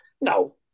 no